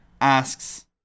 asks